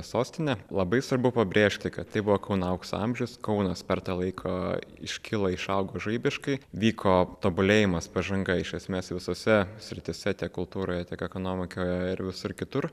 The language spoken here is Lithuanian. sostinė labai svarbu pabrėžti kad tai buvo kauno aukso amžius kaunas per tą laiką iškilo išaugo žaibiškai vyko tobulėjimas pažanga iš esmės visose srityse tiek kultūroje tiek ekonomikoje ir visur kitur